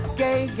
gay